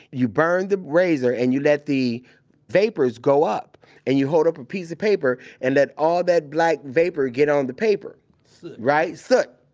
you burn the razor, and you let the vapors go, up and hold up a piece of paper, and let all that black vapor get on the paper soot right. soot,